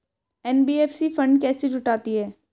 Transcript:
NBFC fund कैसे जुटाती है?